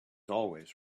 always